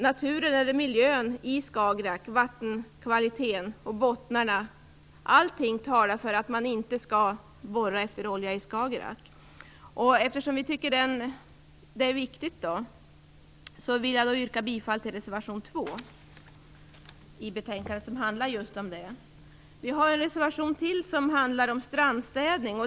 Naturen och miljön i Skagerrak, vattenkvaliteten och bottnarna - allting talar för att man inte skall borra efter olja i Skagerrak. Eftersom vi tycker att det är viktigt, vill jag yrka bifall till reservation 2 i betänkandet som handlar just om det. Vi har också en reservation som handlar om strandstädning.